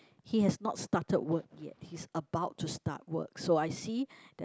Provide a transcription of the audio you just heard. he has not started work yet he is about to start work so I see that